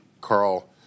Carl